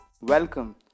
welcome